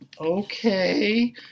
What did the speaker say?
okay